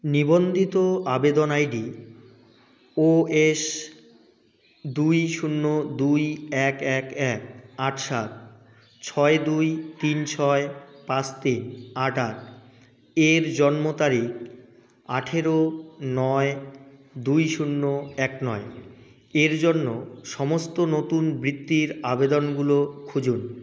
নিবন্ধিত আবেদন ID O S দুই শূন্য দুই এক এক এক আট সাত ছয় দুই তিন ছয় পাঁচ তিন আট আট এর জন্ম তারিখ আঠেরো নয় দুই শূন্য এক নয় এর জন্য সমস্ত নতুন বৃত্তির আবেদনগুলো খুঁজুন